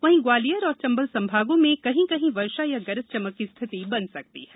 वहीं ग्वालियर एवं चंबल संभागों में कहीं कहीं वर्षा या गरज चमक की स्थिति बन सकती है